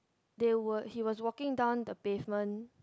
they were he was walking down the pavement